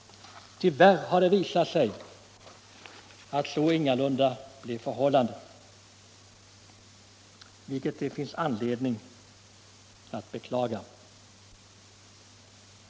Tyvärr har det dock visat sig att så ingalunda är förhållandet, vilket det finns anledning att beklaga.